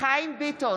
חיים ביטון,